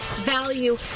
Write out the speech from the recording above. value